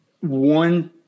one